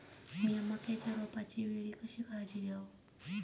मीया मक्याच्या रोपाच्या वेळी कशी काळजी घेव?